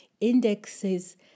indexes